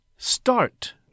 Start